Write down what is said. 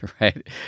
right